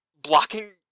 blocking